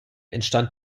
entstand